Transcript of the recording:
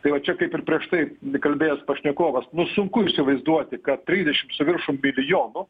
tai va čia kaip ir prieš tai kalbėjęs pašnekovas nu sunku įsivaizduoti kad trisdešimt su viršum milijonų